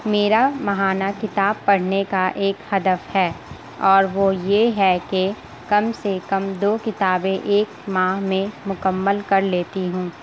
میرا ماہانہ کتاب پڑھنے کا ایک ہدف ہے اور وہ یہ ہے کہ کم سے کم دو کتابیں ایک ماہ میں مکمل کر لیتی ہوں